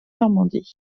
normandie